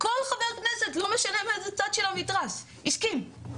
כל חבר כנסת, לא משנה מאיזה צד של המתרס, הסכים.